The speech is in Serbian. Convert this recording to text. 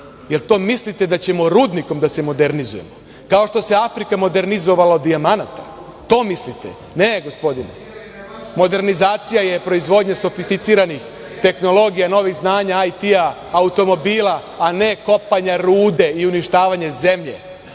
li to mislite da ćemo rudnikom da se modernizujemo? Kao što se Afrika modernizovala od dijamanata, to mislite. Ne, gospodine, modernizacija je proizvodnja sofisticiranih tehnologija, novih znanja, IT, automobila, a ne kopanja rude i uništavanje zemlje,